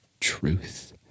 truth